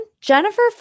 Jennifer